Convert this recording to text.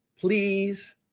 please